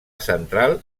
central